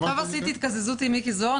עכשיו עשיתי התקזזות עם מיקי זוהר.